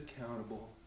accountable